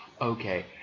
okay